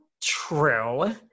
True